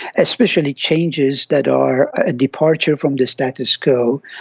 especially changes that are a departure from the status quo,